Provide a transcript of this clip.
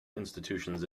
institutions